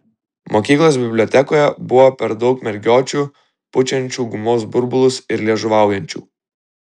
mokyklos bibliotekoje buvo per daug mergiočių pučiančių gumos burbulus ir liežuvaujančių